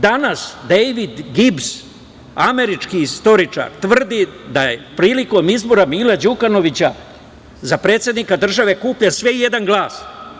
Danas Dejvid Gibs, američki istoričar, tvrdi da je prilikom izbora Mila Đukanovića za predsednika države kupljen sve i jedan glas.